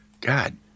God